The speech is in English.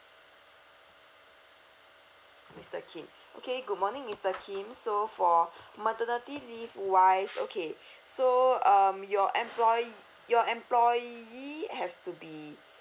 mister kim okay good morning mister kim so for maternity leave wise okay so um your employ~ your employee has to be